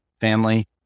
family